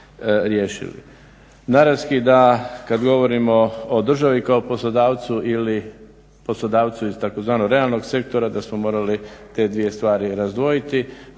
Naravski da kad govorimo o državi kao poslodavcu ili poslodavcu iz tzv. realnog sektora da smo morali te dvije stvari razdvojiti